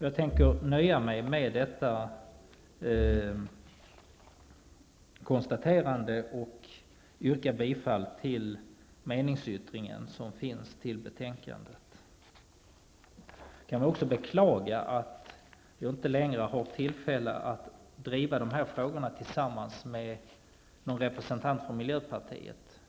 Jag nöjer mig med detta konstaterande och yrkar bifall till den meningsyttring som är fogad till detta betänkande. Jag beklagar att jag inte längre har tillfälle att driva dessa frågor tillsammans med någon representant för miljöpartiet.